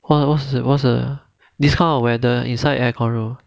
what's the what's uh this kind of weather inside aircon room inside highlight 大了